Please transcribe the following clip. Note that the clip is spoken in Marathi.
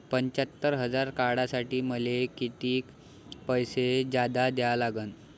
पंच्यात्तर हजार काढासाठी मले कितीक पैसे जादा द्या लागन?